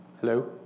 Hello